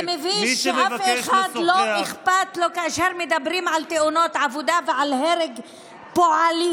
זה מביש שלאף אחד לא אכפת כאשר מדברים על תאונות עבודה ועל הרג פועלים.